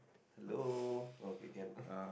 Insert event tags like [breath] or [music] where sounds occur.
hello okay can [breath]